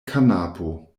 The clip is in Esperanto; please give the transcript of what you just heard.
kanapo